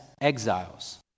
exiles